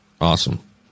Awesome